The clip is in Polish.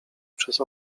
przez